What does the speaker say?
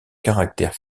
caractères